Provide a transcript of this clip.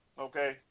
Okay